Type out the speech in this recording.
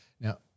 Now